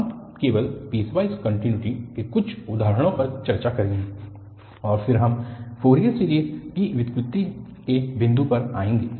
हम केवल piecewise continuity के कुछ उदाहरणों पर चर्चा करेंगे और फिर हम फ़ोरियर सीरीज़ की व्युत्पत्ति के बिंदु पर आएंगे